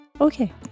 okay